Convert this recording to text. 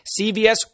CVS